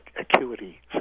acuity